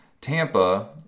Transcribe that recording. Tampa